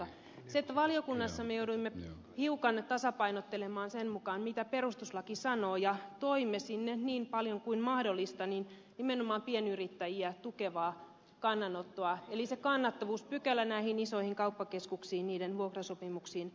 valiokunnassa me jouduimme hiukan tasapainottelemaan sen mukaan mitä perustuslaki sanoo ja toimme sinne niin paljon kuin mahdollista nimenomaan pienyrittäjiä tukevaa kannanottoa eli sen kannattavuuspykälän mukaanoton näiden isojen kauppakeskusten vuokrasopimuksiin